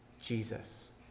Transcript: Jesus